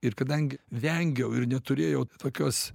ir kadangi vengiau ir neturėjau tokios